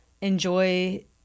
enjoy